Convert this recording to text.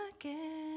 again